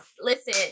Listen